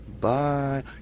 Bye